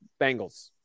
Bengals